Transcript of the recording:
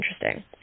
interesting